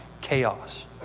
chaos